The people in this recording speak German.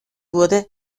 wurde